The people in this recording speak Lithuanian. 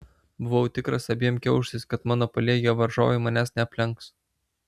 buvau tikras abiem kiaušais kad mano paliegę varžovai manęs neaplenks